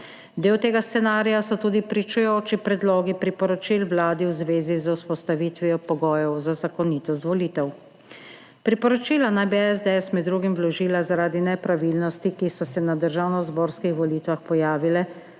Del tega scenarija so tudi pričujoči predlogi priporočil Vladi v zvezi z vzpostavitvijo pogojev za zakonitost volitev. Priporočila naj bi SDS med drugim vložila zaradi nepravilnosti, ki so se na državnozborskih volitvah pojavile